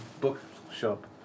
bookshop